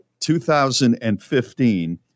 2015